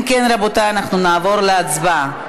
אם כן, רבותי, אנחנו נעבור להצבעה.